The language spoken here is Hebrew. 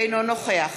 אינו נוכח